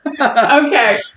Okay